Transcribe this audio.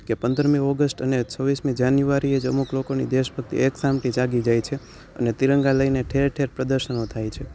કે પંદરમી ઓગષ્ટ અને છવ્વીસમી જાન્યુઆરીએ જ અમુક લોકોની દેશભક્તિ એક સામટી જાગી જાય છે અને તિરંગા લઈને ઠેર ઠેર પ્રદર્શનો થાય છે